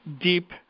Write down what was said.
deep